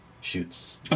shoots